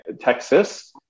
Texas